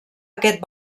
aquest